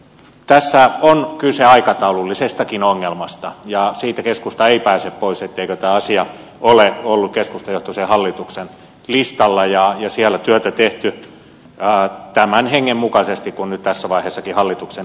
tässä on kyse aikataulullisestakin ongelmasta ja siitä keskusta ei pääse pois etteikö tämä asia ole ollut keskustajohtoisen hallituksen listalla ja siellä työtä on tehty tämän hengen mukaisesti kuin nyt tässä vaiheessakin hallituksen esitys on